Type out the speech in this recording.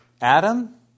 Adam